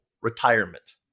retirement